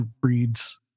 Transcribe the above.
breeds